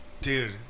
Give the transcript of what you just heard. Dude